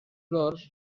flors